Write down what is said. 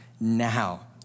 now